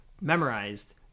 memorized